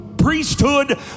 priesthood